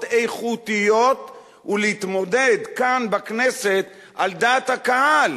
איכותיות ולהתמודד כאן בכנסת על דעת הקהל,